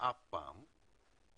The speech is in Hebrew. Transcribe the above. אף פעם,